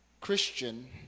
Christian